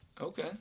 Okay